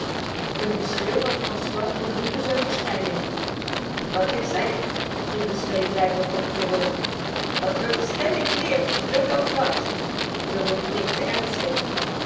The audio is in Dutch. een geschreeuw van francois begroette zijn verschijning wat ik zeg riep de sleedrijver tot perrault dat buck stellig leert vlug als wat perrault knikte ernstig